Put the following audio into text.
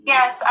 Yes